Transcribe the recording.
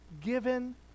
given